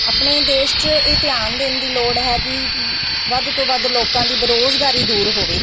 ਆਪਣੇ ਦੇਸ਼ 'ਚ ਇਹ ਧਿਆਨ ਦੇਣ ਦੀ ਲੋੜ ਹੈ ਕਿ ਵੱਧ ਤੋਂ ਵੱਧ ਲੋਕਾਂ ਦੀ ਬੇਰੁਜ਼ਗਾਰੀ ਦੂਰ ਹੋਵੇ